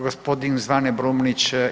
Gospodin Zvane Brumnić.